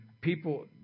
people